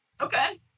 Okay